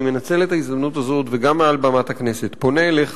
אני מנצל את ההזדמנות הזאת וגם מעל במת הכנסת אני פונה אליך